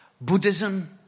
Buddhism